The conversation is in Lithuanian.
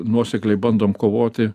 nuosekliai bandom kovoti